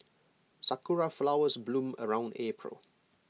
Sakura Flowers bloom around April